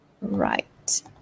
right